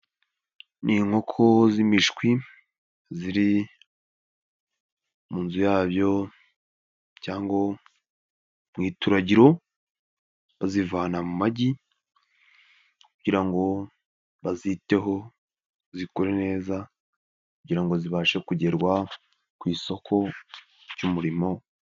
Ni inkoko z'imishwi ziri mu nzu yabyo, cyangwa mu ituragiro bazivana mu magi kugira ngo baziteho zikure neza kugira ngo zibashe kugerwa ku isoko ry'umurimo.